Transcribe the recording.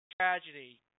tragedy